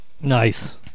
Nice